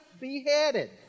beheaded